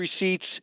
receipts